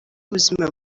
ubuzima